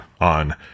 on